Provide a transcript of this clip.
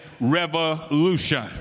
revolution